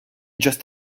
just